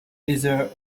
either